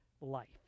life